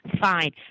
fine